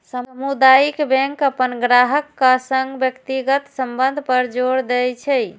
सामुदायिक बैंक अपन ग्राहकक संग व्यक्तिगत संबंध पर जोर दै छै